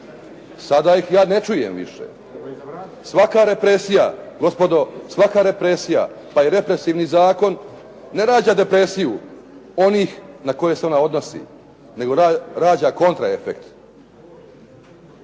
Svaka represija, gospodo, svaka represija pa i represivni zakon ne rađa depresiju onih na koje se ona odnosi, nego rađa kontra efekt.